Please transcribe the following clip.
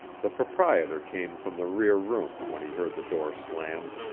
the proprietor came from the rear room when he heard the door slammed.